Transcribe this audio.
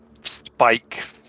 spike